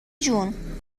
جون